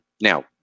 Now